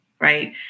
right